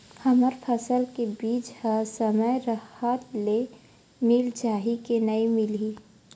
हमर फसल के बीज ह समय राहत ले मिल जाही के नी मिलही?